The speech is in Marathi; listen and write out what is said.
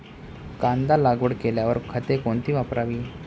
कांदा लागवड केल्यावर खते कोणती वापरावी?